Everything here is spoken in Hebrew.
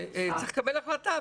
וצריך לקבל החלטה.